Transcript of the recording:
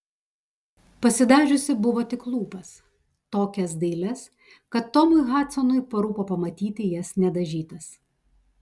pasidažiusi buvo tik lūpas tokias dailias kad tomui hadsonui parūpo pamatyti jas nedažytas